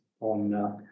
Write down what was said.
on